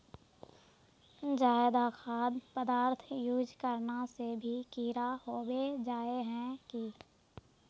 ज्यादा खाद पदार्थ यूज करना से भी कीड़ा होबे जाए है की?